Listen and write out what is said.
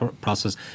process